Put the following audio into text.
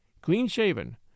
clean-shaven